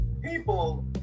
people